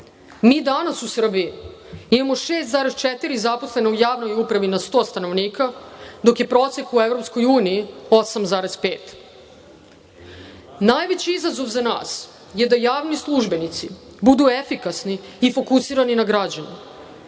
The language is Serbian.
Mi danas u Srbiji imamo 6,4 zaposlena u javnoj upravi na 100 stanovnika, dok je prosek u EU 8,5.Najveći izazov za nas je da javni službenici budu efikasni i fokusirani na građane.